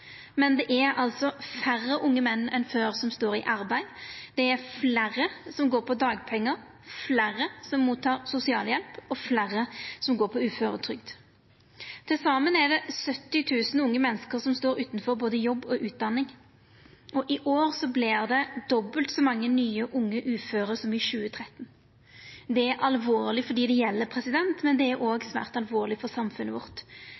Men det er altså færre unge menn enn før som står i arbeid, det er fleire som går på dagpengar, fleire som tek imot sosialhjelp, og fleire som går på uføretrygd. Til saman er det 70 000 unge menneske som står utanfor både jobb og utdanning, og i år vert det dobbelt så mange nye unge uføre som i 2013. Det er alvorleg for dei det gjeld, men det er òg svært alvorleg for samfunnet vårt,